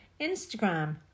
Instagram